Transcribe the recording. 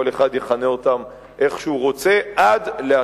כל אחד יכנה אותם איך שהוא רוצה,